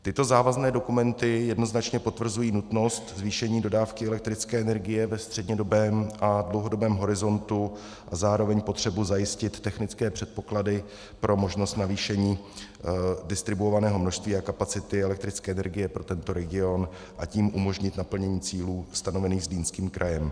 Tyto závazné dokumenty jednoznačně potvrzují nutnost zvýšení dodávky elektrické energie ve střednědobém a dlouhodobém horizontu a zároveň potřebu zajistit technické předpoklady pro možnost navýšení distribuovaného množství a kapacity elektrické energie pro tento region, a tím umožnit naplnění cílů stanovených Zlínským krajem.